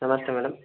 ನಮಸ್ತೇ madam